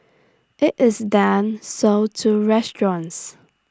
IT is then sold to restaurants